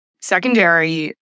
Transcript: Secondary